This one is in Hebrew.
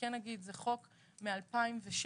זה חוק מ-2006.